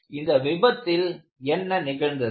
ஆனால் இந்த விபத்தில் என்ன நிகழ்ந்தது